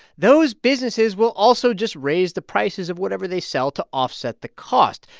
those businesses will also just raise the prices of whatever they sell to offset the cost.